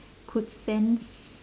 could sense